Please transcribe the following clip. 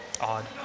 odd